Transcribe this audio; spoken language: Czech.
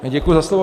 Děkuji za slovo.